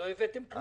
ולא הבאתם כלום.